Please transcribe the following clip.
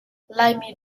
laimi